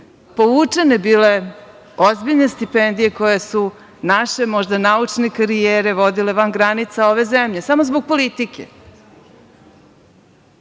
povučene ozbiljne stipendije koje su naše možda naučne karijere vodile van granica ove zemlje, samo zbog politike.